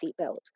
seatbelt